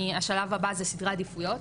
השלב הבא זה סדרי עדיפויות,